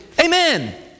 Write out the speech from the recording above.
Amen